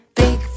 big